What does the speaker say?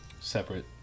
Separate